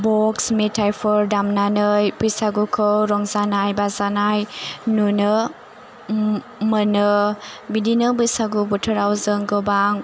box मेथाइफोर दामनानै बैसागुखौ रंजानाय बाजानाय नुनो उम मोनो बिदिनो बैसागु बोथोराव जों गोबां